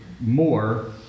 more